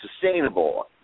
sustainable